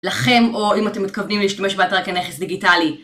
לכם או אם אתם מתכוונים להשתמש באתר כנכס דיגיטלי.